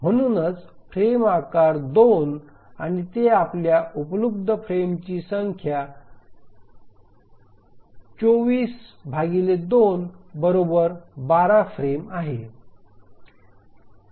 म्हणून फ्रेम आकार 2 आणि देखील ते आपल्याला उपलब्ध फ्रेमची संख्या 242 12 फ्रेम आहे